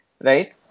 right